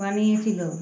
বানিয়েছিল